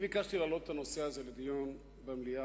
אני ביקשתי להעלות את הנושא הזה לדיון במליאה,